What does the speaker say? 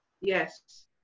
yes